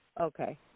Okay